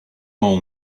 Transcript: all